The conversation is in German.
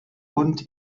und